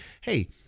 hey